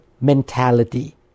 mentality